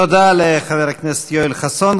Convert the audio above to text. תודה לחבר הכנסת יואל חסון.